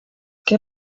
què